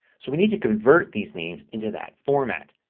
so we need to convert these names into that format.